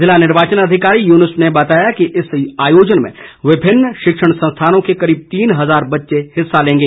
जिला निर्वाचन अधिकारी युनूस ने बताया कि इस आयोजन में विभिन्न शिक्षण संस्थानों के करीब तीन हजार बच्चे हिस्सा लेंगे